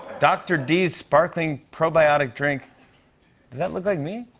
doctor d's sparkling probiotic drink. does that look like me?